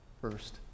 first